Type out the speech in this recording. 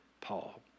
Paul